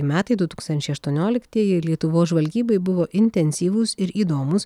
metai du tūkstančiai aštuonioliktieji lietuvos žvalgybai buvo intensyvūs ir įdomūs